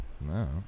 No